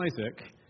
Isaac